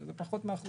שזה פחות מאחוז.